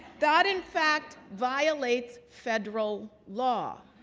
that, in fact, violates federal law,